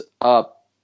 up